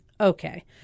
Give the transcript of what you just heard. okay